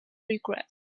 regrets